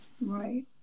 Right